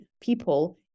people